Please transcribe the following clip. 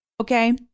Okay